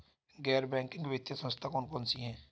गैर बैंकिंग वित्तीय संस्था कौन कौन सी हैं?